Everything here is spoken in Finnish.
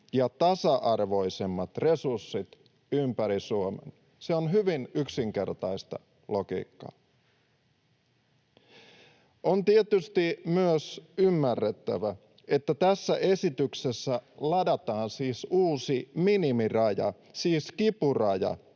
ja tasa-arvoisemmat resurssit ympäri Suomen. Se on hyvin yksinkertaista logiikkaa. On tietysti myös ymmärrettävä, että tässä esityksessä ladataan uusi minimiraja, siis kipuraja,